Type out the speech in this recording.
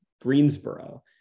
Greensboro